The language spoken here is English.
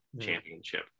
championship